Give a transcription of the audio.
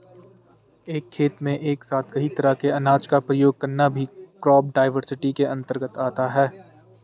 एक खेत में एक साथ कई तरह के अनाज का प्रयोग करना भी क्रॉप डाइवर्सिटी के अंतर्गत आता है